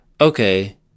okay